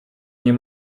nie